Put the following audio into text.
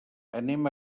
anem